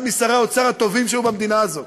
אחד משרי האוצר הטובים שהיו במדינה הזאת.